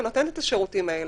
ונותנת את השירותים האלה.